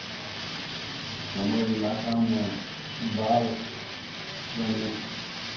हमर इलाकामे बाल श्रमिक